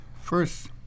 first